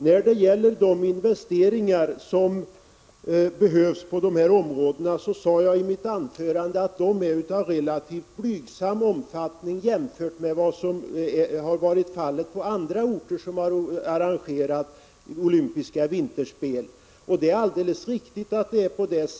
När det gäller de investeringar som behövs på det här området sade jag i mitt anförande att de är av relativt blygsam omfattning jämfört med vad som har varit fallet på andra orter som har arrangerat olympiska vinterspel. Det är alldeles riktigt.